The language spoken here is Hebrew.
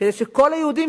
כדי שכל היהודים,